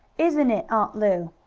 isn't it, aunt lu?